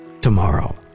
tomorrow